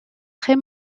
très